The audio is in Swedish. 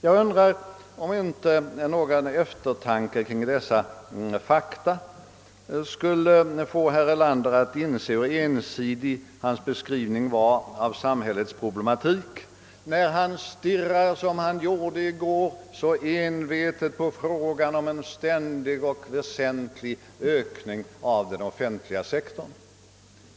Jag undrar om inte någon eftertanke kring dessa fakta skulle få herr Erlander att inse hur ensidig hans beskrivning av samhällets problematik var när han i går så envetet stirrade på behovet av en ständig och väsentlig ökning av den offentliga sektorn.